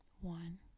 One